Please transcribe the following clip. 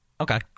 Okay